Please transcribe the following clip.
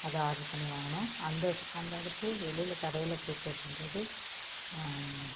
அதை ஆர்டர் பண்ணி வாங்கினோம் அந்த ஸ் அந்த அடுப்பு வெளியில கடையில் போய் கேட்கும்போது